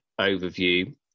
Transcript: overview